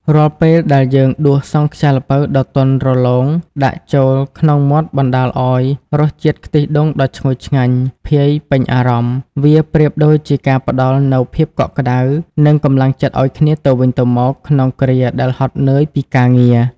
រាល់ពេលដែលយើងដួសសង់ខ្យាដ៏ទន់រលោងដាក់ចូលក្នុងមាត់បណ្ដាលឱ្យរសជាតិខ្ទិះដូងដ៏ឈ្ងុយឆ្ងាញ់ភាយពេញអារម្មណ៍ វាប្រៀបដូចជាការផ្ដល់នូវភាពកក់ក្ដៅ និងកម្លាំងចិត្តឱ្យគ្នាទៅវិញទៅមកក្នុងគ្រាដែលហត់នឿយពីការងារ។